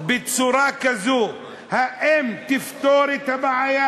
בצורה כזאת, האם תפתור את הבעיה?